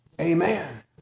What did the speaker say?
Amen